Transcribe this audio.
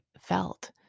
felt